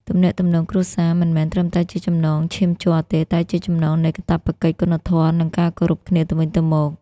ទំនាក់ទំនងគ្រួសារមិនមែនត្រឹមតែជាចំណងឈាមជ័រទេ តែជាចំណងនៃកាតព្វកិច្ច គុណធម៌ និងការគោរពគ្នាទៅវិញទៅមក។